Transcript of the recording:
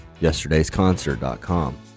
yesterdaysconcert.com